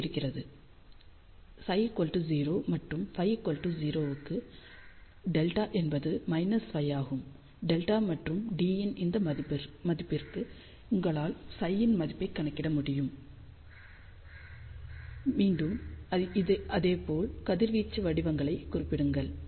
ψ 0 மற்றும் Φ 0 க்கு δ என்பது π ஆகவும் δ மற்றும் d இன் இந்த மதிப்புக்கு உங்களால் ψ ன் மதிப்பைக் கணக்கிட முடியும் மீண்டும் அதேப்போல் கதிர்வீச்சு வடிவங்களை குறியிடுங்கள்